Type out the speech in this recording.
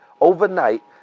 overnight